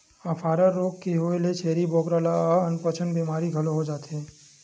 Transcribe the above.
अफारा रोग के होए ले छेरी बोकरा ल अनपचक के बेमारी घलो हो जाथे